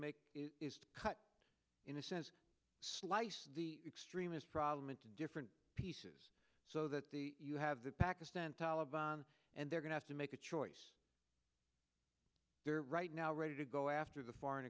make the cut in a sense slice the extremist problem into different pieces so that the you have the pakistan taliban and they're going to make a choice there right now ready to go after the foreign